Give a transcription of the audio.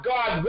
God